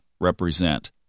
represent